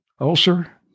ulcer